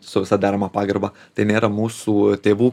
su visa derama pagarba tai nėra mūsų tėvų